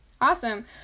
Awesome